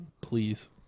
please